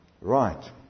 Right